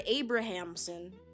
Abrahamson